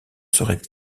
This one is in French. seraient